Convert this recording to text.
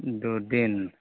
দুদিন